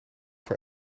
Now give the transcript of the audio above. voor